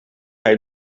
hij